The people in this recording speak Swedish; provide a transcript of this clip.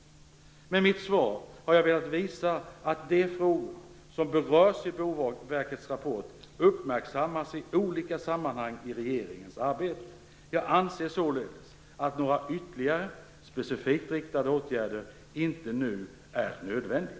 Med mitt svar har jag velat visa att de frågor som berörs i Boverkets rapport uppmärksammas i olika sammanhang i regeringens arbete. Jag anser således att några ytterligare, specifikt riktade, åtgärder inte nu är nödvändiga.